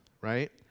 right